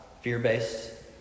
fear-based